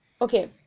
Okay